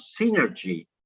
synergy